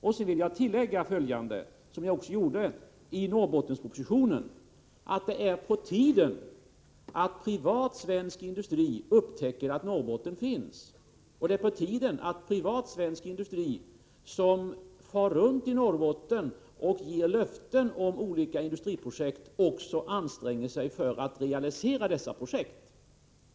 Sedan vill jag påpeka, som jag också gjort i Norrbottenspropositionen, att det är på tiden att privat svensk industri upptäcker att Norrbotten finns och att det är på tiden att privat svensk industri, vars representanter far runt i Norrbotten och ger löften om olika projekt, anstränger sig för att realisera projekten.